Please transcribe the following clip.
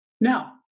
Now